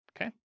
okay